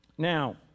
Now